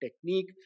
technique